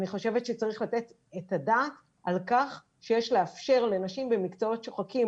אני חושבת שצריך לתת את הדעת על כך שיש לאפשר לנשים במקצועות שוחקים